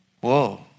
Whoa